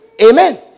Amen